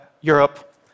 Europe